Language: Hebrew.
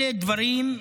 אלה דברים,